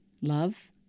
Love